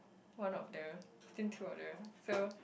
one of them between two of them so